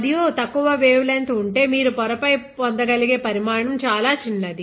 మరియు తక్కువ వేవ్లెంత్ ఉంటే మీరు పొరపై పొందగలిగే పరిమాణం చాలా చిన్నది